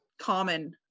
common